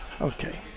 Okay